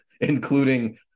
including